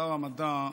שר המדע,